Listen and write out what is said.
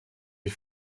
die